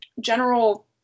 general